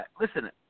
Listen